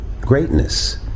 greatness